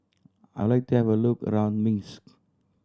I like to have a look around Minsk